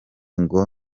ngo